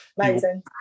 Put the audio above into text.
Amazing